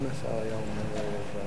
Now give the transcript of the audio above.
נגמר העידן של לתרץ את הכול על האוצר.